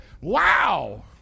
wow